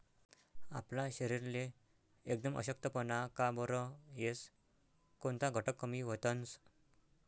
आपला शरीरले एकदम अशक्तपणा का बरं येस? कोनता घटक कमी व्हतंस?